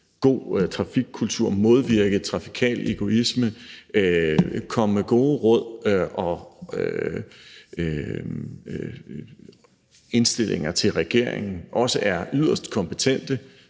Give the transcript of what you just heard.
god trafikkultur, med at modvirke trafikal egoisme, med at komme med gode råd og indstillinger til regeringen, også er yderst kompetente.